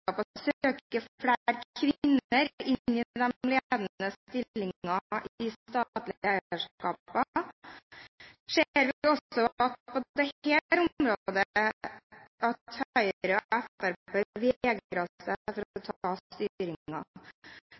søker flere kvinner inn i de ledende stillingene i de statlige selskapene, ser vi også på dette området at Høyre og Fremskrittspartiet vegrer seg for å ta